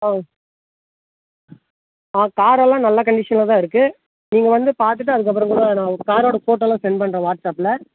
ஆ ஆ காரெல்லாம் நல்ல கண்டிஷனில் தான் இருக்கு நீங்கள் வந்து பார்த்துட்டு அதுக்கு அப்புறம் கூட நான் காரோட போட்டோல்லாம் சென்ட் பண்ணுறன் வாட்ஸ்அஃப்பில்